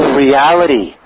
reality